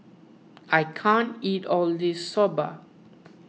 I can't eat all this Soba